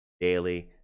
daily